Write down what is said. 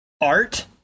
Art